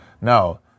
no